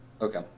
Okay